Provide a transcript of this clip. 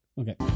Okay